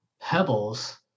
pebbles